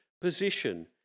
position